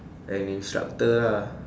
an instructor lah